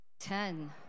Ten